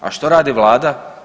A što radi vlada?